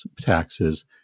taxes